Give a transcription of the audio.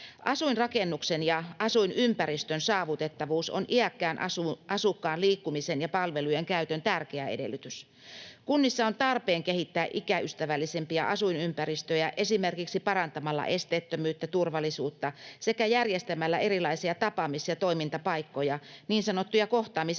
Asuinrakennuksen ja asuinympäristön saavutettavuus on iäkkään asukkaan liikkumisen ja palvelujenkäytön tärkeä edellytys. Kunnissa on tarpeen kehittää ikäystävällisempiä asuinympäristöjä esimerkiksi parantamalla esteettömyyttä ja turvallisuutta sekä järjestämällä erilaisia tapaamis- ja toimintapaikkoja, niin sanottuja kohtaamisareenoita,